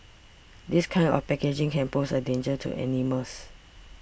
this kind of packaging can pose a danger to animals